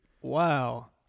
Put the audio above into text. Wow